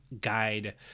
guide